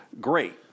great